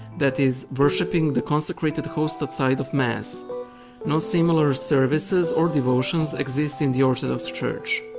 that is, worshipping the consecrated host outside of mass no similar services or devotions exist in the orthodox church.